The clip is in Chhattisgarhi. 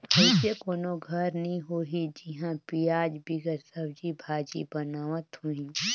अइसे कोनो घर नी होही जिहां पियाज बिगर सब्जी भाजी बनावत होहीं